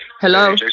Hello